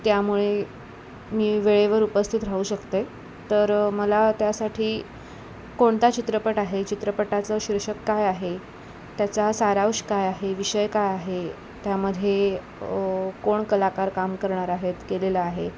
त्यामुळे मी वेळेवर उपस्थित राहू शकते तर मला त्यासाठी कोणता चित्रपट आहे चित्रपटाचं शीर्षक काय आहे त्याचा सारांश काय आहे विषय काय आहे त्यामध्ये कोण कलाकार काम करणार आहेत केलेलं आहे